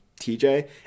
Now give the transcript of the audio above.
TJ